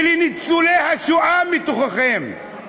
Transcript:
ולניצולי השואה מתוככם: